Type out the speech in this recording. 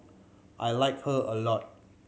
I like her a lot